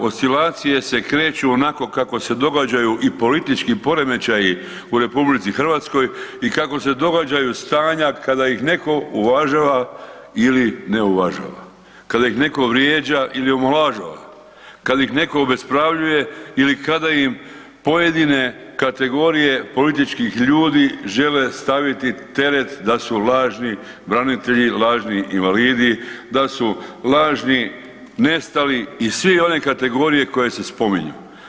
Oscilacije se kreću onako kako se događaju i politički poremećaji u RH i kako se događaju stanja kada ih neko uvažava ili ne uvažava, kada ih neko vrijeđa ili omalovažava, kad ih neko obespravljuje ili kada im pojedine kategorije političkih ljudi žele staviti teret da su lažni branitelji, lažni invalidi, da su lažni nestali i sve one kategorije koje se spominju.